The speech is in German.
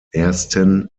ersten